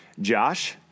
Josh